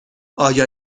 آیا